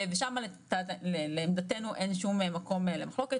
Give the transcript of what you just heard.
ושם לעמדתנו אין שום מקום למחלוקת,